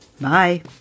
Bye